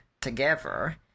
together